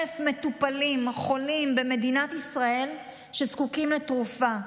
מטופלים חולים במדינת ישראל שזקוקים לתרופה.